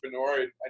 entrepreneur